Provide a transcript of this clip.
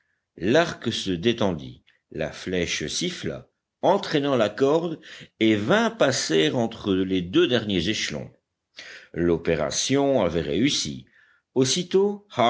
l'arc se détendit la flèche siffla entraînant la corde et vint passer entre les deux derniers échelons l'opération avait réussi aussitôt